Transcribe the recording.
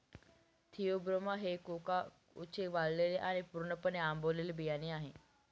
Theobroma हे कोकाओचे वाळलेले आणि पूर्णपणे आंबवलेले बियाणे आहे